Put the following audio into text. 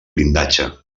blindatge